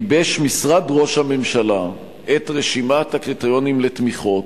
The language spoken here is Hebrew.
גיבש משרד ראש הממשלה את רשימת הקריטריונים לתמיכות,